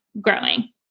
growing